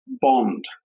bond